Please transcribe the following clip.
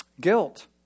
Guilt